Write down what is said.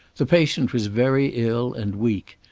the patient was very ill, and weak.